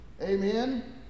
Amen